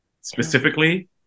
specifically